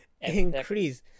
Increase